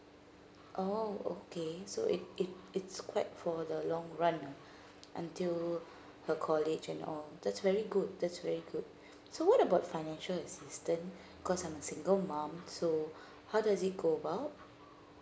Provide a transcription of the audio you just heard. oh okay so it it it's quite for the long run ah until her college and all that's very good that's very good so what about financial assistant cause I'm a single mom so how does it go about